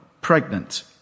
pregnant